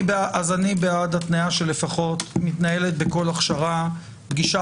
אני בעד התניה שלפחות מתנהלת בכל הכשרה פגישה